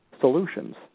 solutions